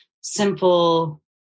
simple